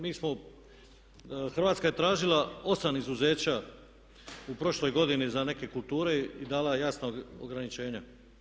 Mi smo, Hrvatska je tražila 8 izuzeća u prošloj godini za neke kulture i dala je jasna ograničenja.